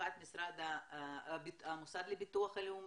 במיוחד המוסד לביטוח לאומי,